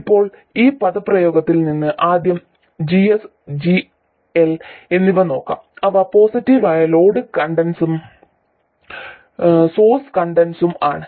ഇപ്പോൾ ഈ പദപ്രയോഗത്തിൽ നിന്ന് ആദ്യം GS GL എന്നിവ നോക്കാം അവ പോസിറ്റീവ് ആയ ലോഡ് കണ്ടക്ടൻസും സോഴ്സ് കണ്ടക്ടൻസും ആണ്